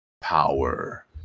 power